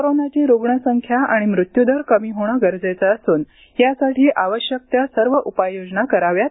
कोरोनाचा रुग्णदर आणि म्रत्यूदर कमी होण गरजेचं असून यासाठी आवश्यक त्या सर्व उपाययोजना कराव्यात